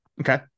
okay